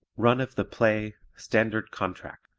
run-of-the-play standard contract